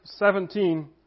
17